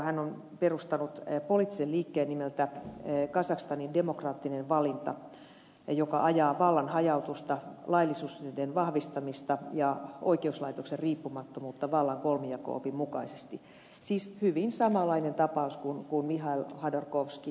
hän on perustanut poliittisen liikkeen nimeltä kazakstanin demokraattinen valinta joka ajaa vallan hajautusta laillisuuden vahvistamista ja oikeuslaitoksen riippumattomuutta vallan kolmijako opin mukaisesti siis hyvin samanlainen tapaus kuin mihail hodorkovski venäjällä